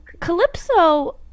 Calypso